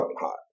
hot